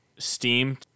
Steam